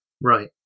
Right